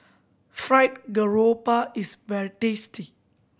fry garoupa is very tasty